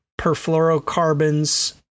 perfluorocarbons